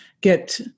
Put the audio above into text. get